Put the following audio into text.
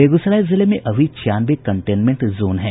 बेगूसराय जिले में अभी छियानवे कंटेनमेंट जोन हैं